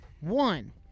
One